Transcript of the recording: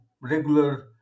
regular